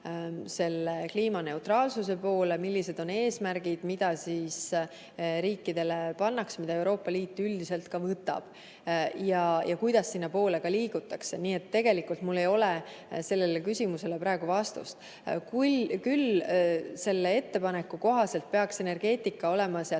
kliimaneutraalsuse poole, millised on eesmärgid, mida riikidele seatakse, mida Euroopa Liit üldiselt võtab ja kuidas nende poole liigutakse. Nii et tegelikult ei ole mul sellele küsimusele praegu vastust. Ettepaneku kohaselt peaks energeetika jääma sealt